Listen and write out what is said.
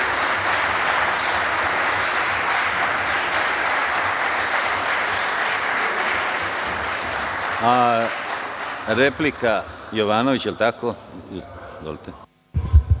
Replika, Jovanović, da li tako?